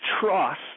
trust